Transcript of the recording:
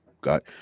Got